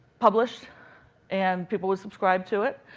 published and people would subscribe to it.